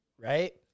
right